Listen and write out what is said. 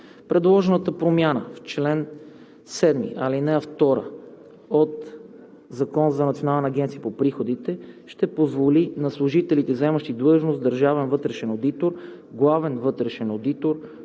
Предложената промяна в чл. 7, ал. 2 от Закона за Националната агенция за приходите ще позволи на служителите, заемащи длъжност „държавен вътрешен одитор“, „главен вътрешен одитор“,